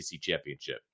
championship